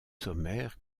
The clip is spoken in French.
sommaire